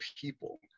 people